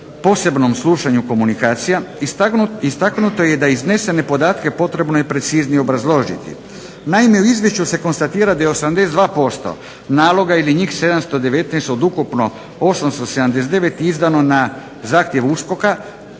posebnom slušanju komunikacija, istaknuto je da iznesene podatke potrebno je preciznije obrazložiti. Naime, u izvješću se konstatira da je 82% naloga ili njih 719 od ukupno 879 izdano na zahtjev USKOK-a